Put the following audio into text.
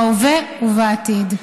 בהווה ובעתיד.